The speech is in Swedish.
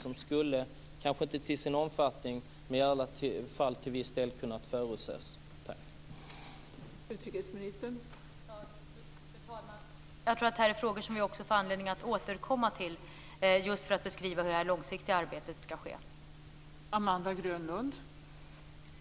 De skulle i alla fall till viss del kunna förutses, även om man kanske inte kan förutse omfattningen.